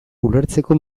ulertzeko